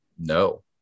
No